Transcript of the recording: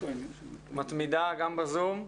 מתמידה גם בזום.